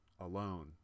alone